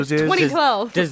2012